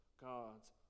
God's